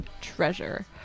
treasure